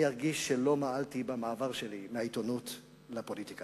אני ארגיש שלא מעלתי במעבר שלי מהעיתונות לפוליטיקה.